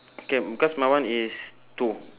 K because my one is two